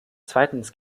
zweitens